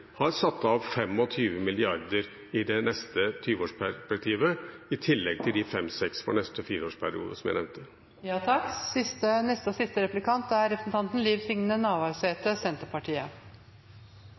har satt av 25 mrd. kr i det neste 20-årsperspektivet – i tillegg til 5–6 mrd. kr for neste fireårsperiode, som jeg nevnte.